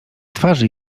twarzy